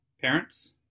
parents